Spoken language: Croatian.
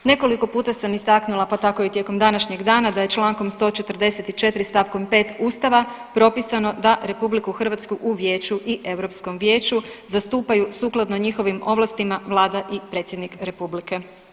Nekoliko puta sam istaknula, pa tako i tijekom današnjeg dana da je člankom 144. stavkom 5. Ustava propisano da Republiku Hrvatsku u Vijeću i Europskom vijeću zastupaju sukladno njihovim ovlastima Vlada i predsjednik Republike.